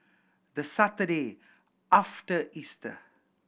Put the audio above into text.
the Saturday after Easter